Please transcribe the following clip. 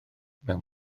mewn